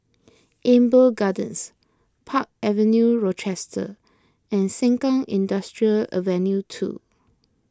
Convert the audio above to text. Amber Gardens Park Avenue Rochester and Sengkang Industrial Avenue two